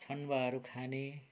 छन्वाहरू खाने